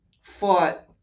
fought